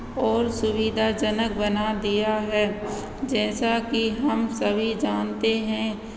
और सुविधाजनक बना दिया है जैसा कि हम सभी जानते हैं